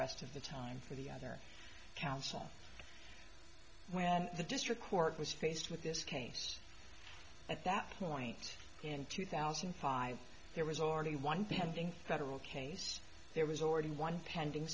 rest of the time for the other council where the district court was faced with this case at that point in two thousand and five there was already one pending federal case there was already one pending